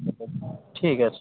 ঠিক আছে